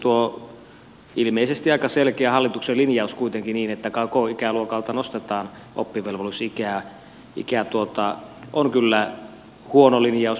tuo ilmeisesti aika selkeä hallituksen linjaus kuitenkin niin että koko ikäluokalta nostetaan oppivelvollisuusikää on kyllä huono linjaus minunkin mielestäni